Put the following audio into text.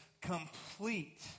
complete